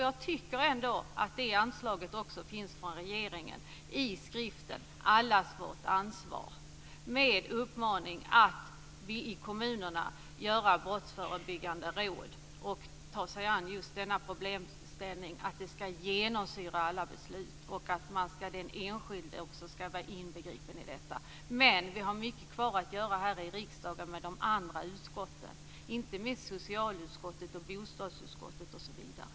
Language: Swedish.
Jag tycker att det anslaget finns hos regeringen i skriften Allas vårt ansvar med uppmaningen att kommunerna ska inrätta brottsförebyggande råd och ta sig an just denna problemställning att det ska genomsyra alla beslut, och att den enskilde också ska vara inbegripen i detta. Vi har mycket kvar att göra här i riksdagen med de andra utskotten, inte minst socialutskottet och bostadsutskottet osv.